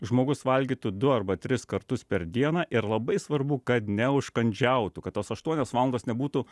žmogus valgytų du arba tris kartus per dieną ir labai svarbu kad neužkandžiautų kad tos aštuonios valandos nebūtų